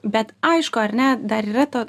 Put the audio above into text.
bet aišku ar ne dar yra ta